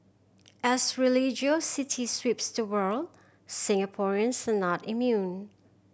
as religiosity sweeps the world Singaporeans not immune